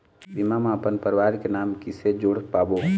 बीमा म अपन परवार के नाम किसे जोड़ पाबो?